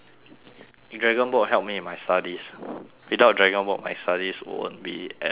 dragon boat helped me in my studies without dragon boat my studies won't be as good